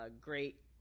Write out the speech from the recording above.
Great